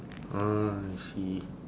oh I see